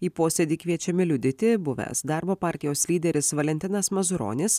į posėdį kviečiami liudyti buvęs darbo partijos lyderis valentinas mazuronis